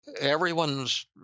everyone's